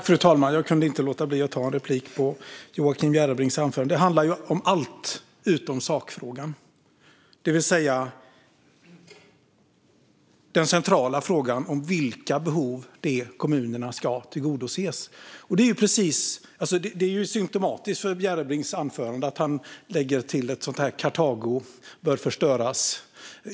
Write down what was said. Fru talman! Jag kunde inte låta bli att begära replik på Joakim Järrebrings anförande. Det handlade om allt utom sakfrågan, det vill säga den centrala frågan om vilka behov som kommunerna ska tillgodose. Det är symtomatiskt för Järrebrings anförande att han lägger till ett yttrande av typen att Karthago bör förstöras.